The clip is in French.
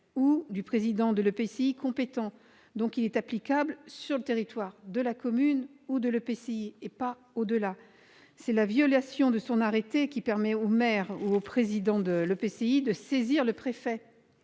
ou du président de l'EPCI compétent, applicable sur le territoire de la commune ou de l'EPCI, et pas au-delà. C'est la violation de son arrêté qui permet au maire ou au président de l'EPCI de saisir le préfet